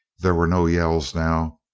there were no yells now.